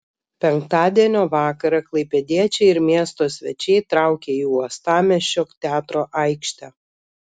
penktadienio vakarą klaipėdiečiai ir miesto svečiai traukė į uostamiesčio teatro aikštę